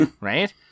Right